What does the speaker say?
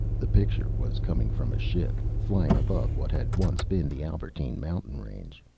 the picture was coming from a ship, flying above what had once been the albertine mountain range.